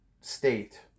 state